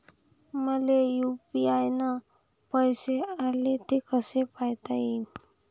मले यू.पी.आय न पैसे आले, ते कसे पायता येईन?